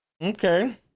okay